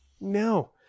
no